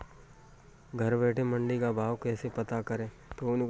घर बैठे मंडी का भाव कैसे पता करें?